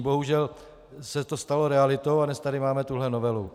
Bohužel se to stalo realitou a dnes tady máme tuhle novelu.